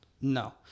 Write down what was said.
No